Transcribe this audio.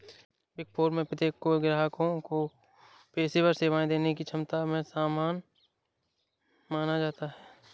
big four में प्रत्येक को ग्राहकों को पेशेवर सेवाएं देने की क्षमता में समान माना जाता है